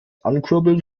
ankurbeln